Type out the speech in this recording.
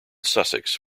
sussex